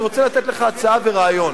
ואני רוצה לתת לך הצעה ורעיון: